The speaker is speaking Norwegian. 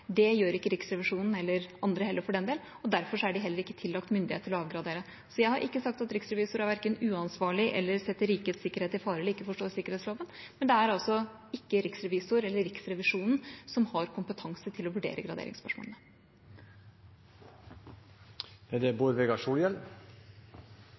Det gjør ikke Riksrevisjonen eller andre heller for den del, og derfor er de heller ikke tillagt myndighet til å avgradere. Jeg har ikke sagt at riksrevisoren verken er uansvarlig eller setter rikets sikkerhet i fare eller ikke forstår sikkerhetsloven, men det er altså ikke riksrevisoren eller Riksrevisjonen som har kompetanse til å vurdere graderingsspørsmålene.